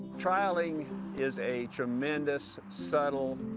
trialing is a tremendous, subtle,